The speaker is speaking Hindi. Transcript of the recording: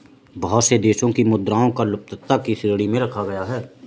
बहुत से देशों की मुद्राओं को लुप्तता की श्रेणी में रखा गया है